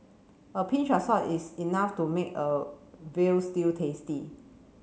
a pinch of salt is enough to make a veal stew tasty